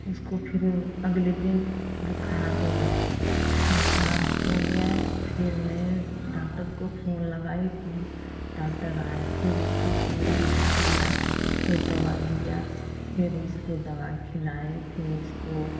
इसको फिर अगले दिन बुखार हो गया बुखार हो गया फिर मैं डॉक्टर को फोन लगाए फोन डॉक्टर आए फिर उसको सिल दिया फिर दबा दिया फिर उसकी दवा खिलाए फिर उसको